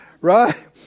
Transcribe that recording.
right